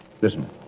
listen